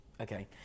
Okay